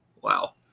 Wow